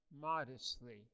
modestly